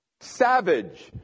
Savage